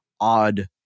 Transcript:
odd